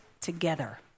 together